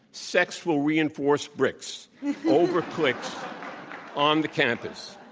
sex will reinforce bricks over clicks on the campus.